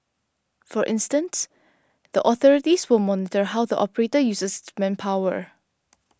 for instance the authorities will monitor how the operator uses its manpower